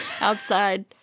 outside